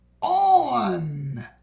on